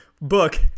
book